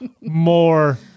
more